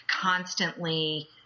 constantly